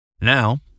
Now